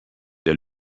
der